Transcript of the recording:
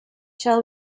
shall